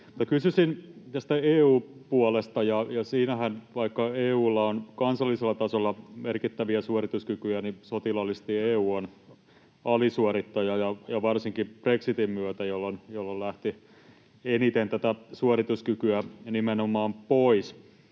kysyisin tästä EU-puolesta. Vaikka EU:lla on kansallisella tasolla merkittäviä suorituskykyjä, sotilaallisesti EU on alisuorittaja, varsinkin brexitin myötä, jolloin nimenomaan lähti eniten tätä suorituskykyä pois.